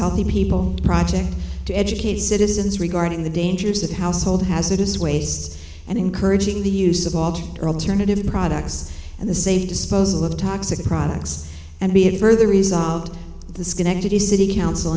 healthy people project to educate citizens regarding the dangers of household hazardous waste and encouraging the use of all turnitin products and the safe disposal of toxic products and be a further resolved the schenectady city council